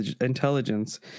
intelligence